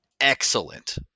excellent